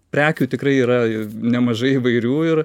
prekių tikrai yra nemažai įvairių ir